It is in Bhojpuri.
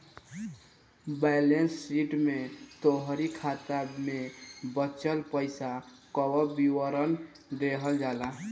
बैलेंस शीट में तोहरी खाता में बचल पईसा कअ विवरण देहल जाला